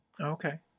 Okay